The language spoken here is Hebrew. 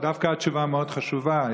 דווקא התשובה מאוד חשובה.